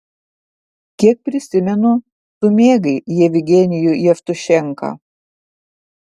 kiek prisimenu tu mėgai jevgenijų jevtušenką